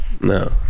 no